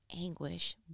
anguish